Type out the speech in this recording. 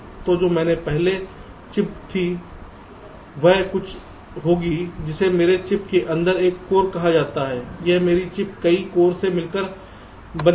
तो जो पहले अलग चिप थी वह कुछ होगी जिसे मेरे चिप के अंदर एक कोर कहा जाता है अब मेरी चिप कई कोर से मिलकर बनेगी